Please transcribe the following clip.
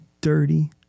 dirty